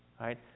right